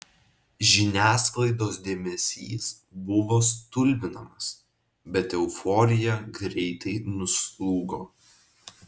žiniasklaidos dėmesys buvo stulbinamas bet euforija greitai nuslūgo